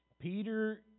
Peter